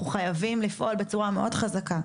אנחנו חייבים לפעול בצורה מאוד חזקה,